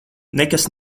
nekas